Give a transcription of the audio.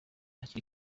hakiri